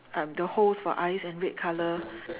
um the hole for eyes and red color